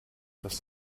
das